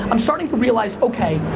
i'm starting to realize okay,